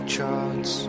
charts